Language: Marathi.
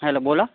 हॅलो बोला